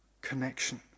connection